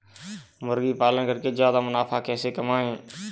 मुर्गी पालन करके ज्यादा मुनाफा कैसे कमाएँ?